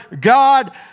God